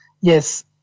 Yes